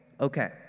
okay